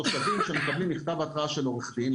תושבים שמקבלים מכתב התראה של עורך דין,